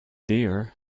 deer